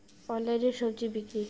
অনলাইনে স্বজি বিক্রি?